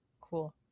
Cool